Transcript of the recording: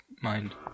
mind